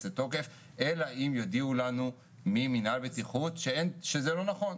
לתוקף אלא אם יודיעו לנו ממנהל בטיחות שזה לא נכון,